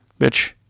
bitch